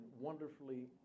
wonderfully